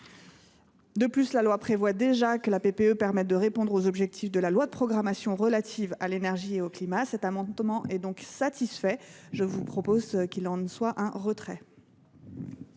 De plus, la loi prévoit déjà que la PPE permet de répondre aux objectifs de la loi de programmation relative à l’énergie et au climat. Cet amendement étant satisfait, j’en demande le retrait.